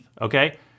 Okay